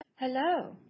Hello